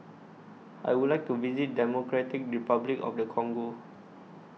I Would like to visit Democratic Republic of The Congo